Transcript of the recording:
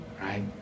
right